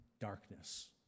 darkness